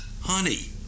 Honey